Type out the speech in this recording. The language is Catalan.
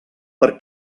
per